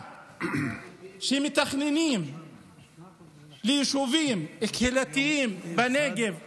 כשמתכננים יישובים קהילתיים בנגב ליהודים,